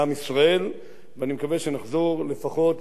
ואני מקווה שנחזור לפחות למספרים דו-ספרתיים,